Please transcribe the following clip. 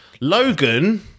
Logan